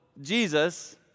Jesus